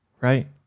right